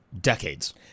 decades